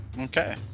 Okay